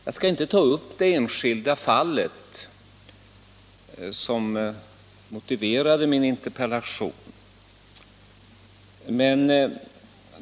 Jag skall inte ta upp det enskilda fall som motiverade min interpellation.